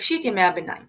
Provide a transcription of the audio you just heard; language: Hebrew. ראשית ימי הביניים